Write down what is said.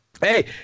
Hey